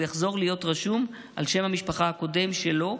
ולאחר מותו הוא יחזור להיות רשום בשם המשפחה הקודם שלו,